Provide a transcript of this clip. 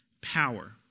power